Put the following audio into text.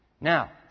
Now